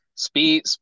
Speed